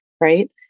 Right